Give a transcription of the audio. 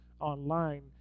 online